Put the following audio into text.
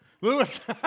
Lewis